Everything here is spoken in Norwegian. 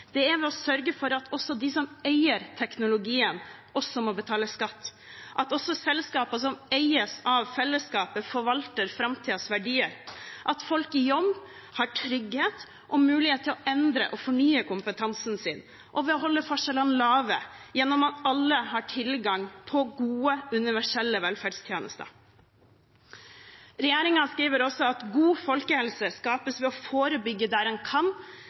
Det er ved å sørge for at også de som eier teknologien, må betale skatt, at selskaper som eies av fellesskapet, også forvalter framtidens verdier, at folk i jobb har trygghet og mulighet til å endre og fornye kompetansen sin, og ved å holde forskjellene lave gjennom at alle har tilgang på gode, universelle velferdstjenester. Regjeringen skriver også: «En god folkehelse skapes ved å forebygge der en kan